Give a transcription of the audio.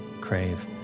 crave